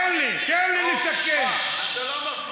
אתה לא מפריע לי.